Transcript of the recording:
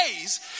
days